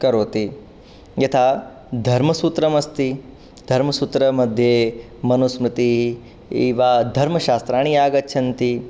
करोति यथा धर्मसूत्रमस्ति धर्मसूत्रमध्ये मनुस्मृतिः इव धर्मशास्त्राणि आगच्छन्ति